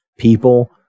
People